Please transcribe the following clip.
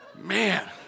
Man